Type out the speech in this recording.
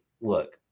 look